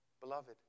Beloved